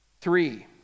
Three